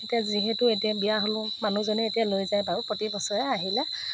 এতিয়া যিহেতু এতিয়া বিয়া হ'লোঁ মানুহজনে এতিয়া লৈ যায় বাৰু প্ৰতি বছৰে আহিলে